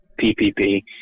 PPP